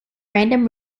random